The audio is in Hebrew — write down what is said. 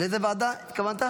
לאיזו ועדה התכוונת?